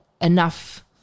enough